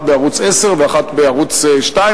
אחת בערוץ-10 ואחת בערוץ-2.